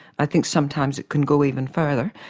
i think sometimes it can go even further,